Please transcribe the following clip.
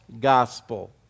gospel